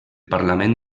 parlament